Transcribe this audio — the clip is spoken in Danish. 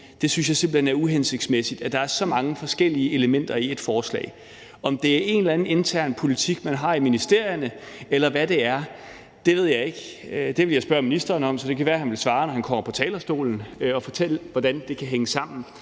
Jeg synes simpelt hen, at det er uhensigtsmæssigt, at der er så mange forskellige elementer i et forslag. Om det er en eller anden intern politik, man har i ministerierne, eller hvad det er, ved jeg ikke, men det vil jeg spørge ministeren om, og så kan det være, han vil svare, når han kommer på talerstolen, og fortælle, hvordan det kan hænge sammen.